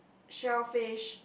shell fish